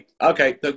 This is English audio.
okay